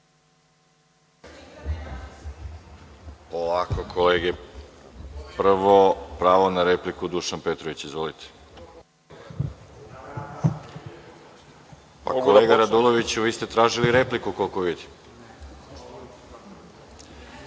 Polako kolege. Prvo, pravo na repliku, Dušan Petrović. Izvolite. Kolega Raduloviću, vi ste tražili repliku, koliko